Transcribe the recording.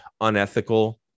unethical